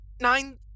nine